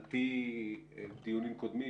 בדיונים קודמים,